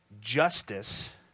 Justice